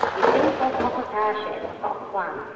if things go proper pear-shaped, i've got a plan.